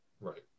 Right